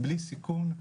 בלי סיכון,